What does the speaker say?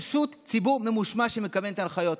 פשוט ציבור ממושמע שמקבל את ההנחיות,